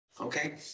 Okay